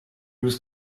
was